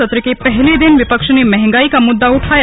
सत्र के पहले दिन विपक्ष ने महंगाई का मुद्दा उठाया